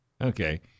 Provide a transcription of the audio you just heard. Okay